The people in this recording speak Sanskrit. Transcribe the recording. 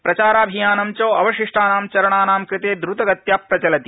प्रचाराभियानं च अवशिष्टानां चरणानां कृते द्रतगत्या प्रचलति